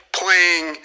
playing